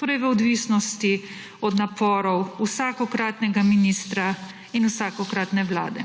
torej v odvisnosti od naporov vsakokratnega ministra in vsakokratne vlade.